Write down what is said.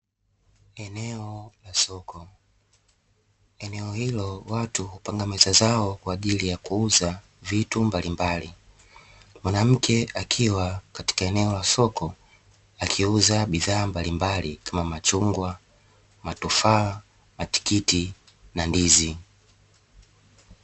Eneo la soko. eneo hilo watu hupanga meza zao kwa ajili ya kuuza vitu mbalimbali. mwanamke akiwa katika eneo la soko, akiuza bidhaa mbalimbali kama; machungwa, matufaa, matikiti na ndizi.